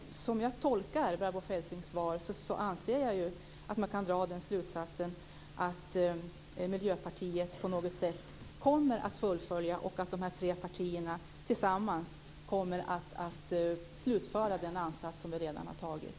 Som jag tolkar Barbro Feltzings svar kan man dra den slutsatsen att Miljöpartiet på något sätt kommer att fullfölja samarbetet och att de tre partierna tillsammans kommer att slutföra den ansats som vi redan har tagit.